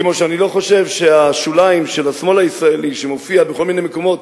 כמו שאני לא חושב שהשוליים של השמאל הישראלי שמופיע בכל מיני מקומות,